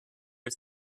your